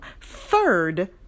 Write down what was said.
Third